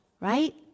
right